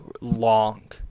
long